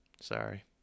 Sorry